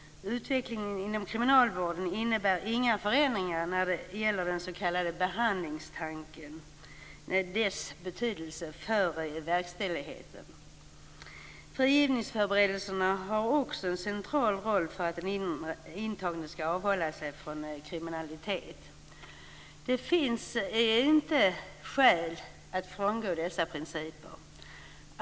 Utvecklingen inom kriminalvården innebär inga förändringar när det gäller den s.k. behandlingstanken och dess betydelse för verkställigheten. Förberedelserna inför frigivning har också en central roll för att den intagne skall avhålla sig från ett kriminellt liv. Det finns inte skäl att frångå dessa principer.